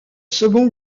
second